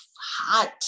hot